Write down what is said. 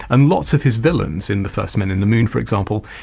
and lots of his villains in the first men in the moon for example,